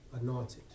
anointed